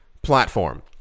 Platform